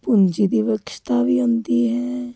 ਪੂੰਜੀ ਦੀ ਬਖਸ਼ਤਾ ਵੀ ਹੁੰਦੀ ਹੈ